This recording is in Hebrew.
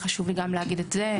חשוב היה לי להגיד גם את זה,